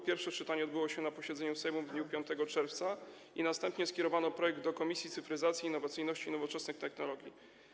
Pierwsze czytanie odbyło się na posiedzeniu Sejmu w dniu 5 czerwca i następnie skierowano projekt do Komisji Cyfryzacji, Innowacyjności i Nowoczesnych Technologii.